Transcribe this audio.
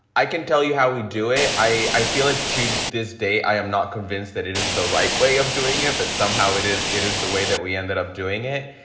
i can tell you how we do it. i i feel like to this day i am not convinced that it is the right way of doing it, but somehow it is. it is the way that we ended up doing it,